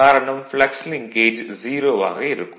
காரணம் flux linkage 0 ஆக இருக்கும்